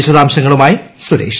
വിശദാംശങ്ങളുമായി സ്ുരേഷ്